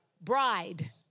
Bride